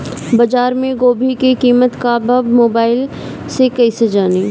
बाजार में गोभी के कीमत का बा मोबाइल से कइसे जानी?